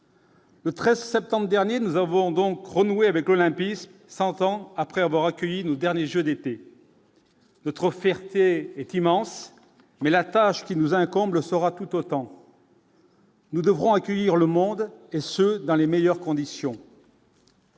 Le 13 septembre dernier, nous avons donc renouer avec l'olympisme, 100 ans après avoir accueilli nous derniers Jeux d'été. Notre fierté est immense mais la tâche qui nous incombe le sera tout autant. Nous devrons accueillir le monde et ce dans les meilleures conditions.